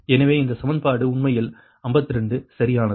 எனவே இந்த சமன்பாடு உண்மையில் 52 சரியானது